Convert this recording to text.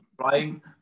Trying